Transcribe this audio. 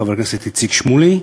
חבר הכנסת איציק שמולי,